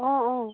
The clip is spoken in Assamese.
অঁ অঁ